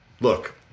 Look